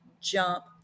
jump